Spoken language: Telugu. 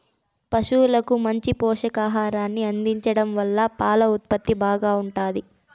పసువులకు మంచి పోషకాహారాన్ని అందించడం వల్ల పాల ఉత్పత్తి బాగా ఉంటాది